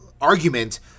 argument